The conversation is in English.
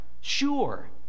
sure